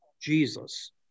Jesus